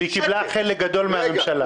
שהוא קיבל חלק גדול מן הממשלה.